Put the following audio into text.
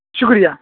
شکریہ